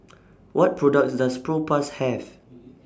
What products Does Propass Have